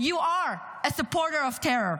you are a supporter of terror.